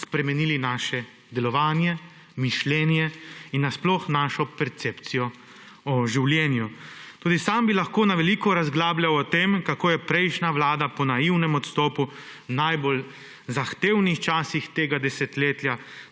spremenili naše delovanje, mišljenje in na sploh našo percepcijo o življenju. Tudi sam bi lahko na veliko razglabljal o tem, kako je prejšnja vlada po naivnem odstopu v najbolj zahtevnih časih tega desetletja